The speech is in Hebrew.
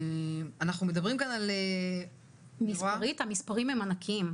מספרית, המספרים הם ענקיים.